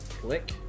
click